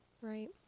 right